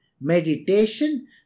meditation